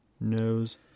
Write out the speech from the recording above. nose